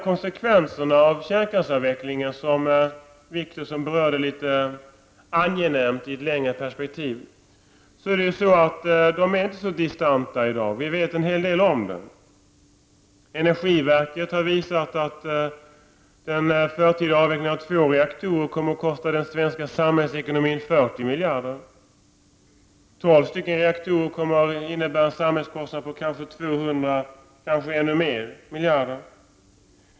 Konsekvenserna av kärnkraftsavvecklingen, som Åke Wictorsson berörde litet angenämt i ett längre perspektiv, är i dag inte så avlägsna. Vi vet en hel del om dem. Energiverket har visat att den förtida avvecklingen av två reaktorer kommer att kosta den svenska samhällsekonomin 40 miljarder. Tolv reaktorer kommer att innebära en samhällskostnad på kanske 200 miljarder eller mer.